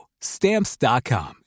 Stamps.com